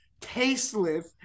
Tasteless